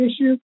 issue